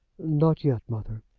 not yet, mother.